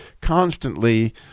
constantly